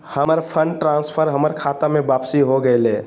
हमर fund transfer हमर खता में वापसी हो गेलय